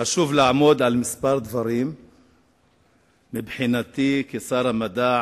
וחשוב לעמוד על כמה דברים מבחינתי כשר המדע,